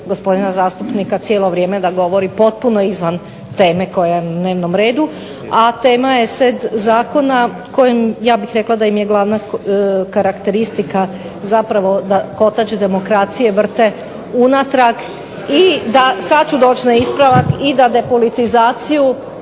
gospodina zastupnika cijelo vrijeme da govori potpuno izvan teme koja je na dnevnom redu, a tama je set zakona kojim ja bih rekla da im je glavna karakteristika zapravo da kotač demokracije vrte unatrag i da sad ću doći na ispravak i da depolitizaciju